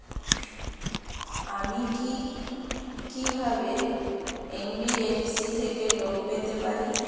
আমি কি কিভাবে এন.বি.এফ.সি থেকে লোন পেতে পারি?